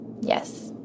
Yes